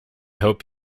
hope